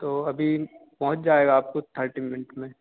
तो अभी पहुँच जाएगा आपको थर्टी मिंट में